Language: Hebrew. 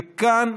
וכאן,